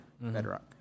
Bedrock